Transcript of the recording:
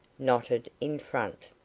knotted in front.